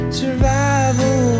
survival